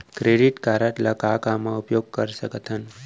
Credit card ला का का मा उपयोग कर सकथन?